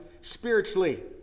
spiritually